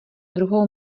druhou